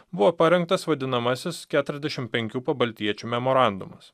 buvo parengtas vadinamasis keturiasdešimt penkių pabaltijiečių memorandumas